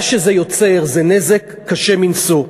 מה שזה יוצר זה נזק קשה מנשוא.